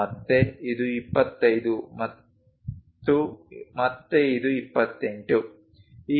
ಮತ್ತೆ ಇದು 25 ಮತ್ತು ಮತ್ತೆ ಇದು 28